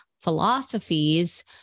philosophies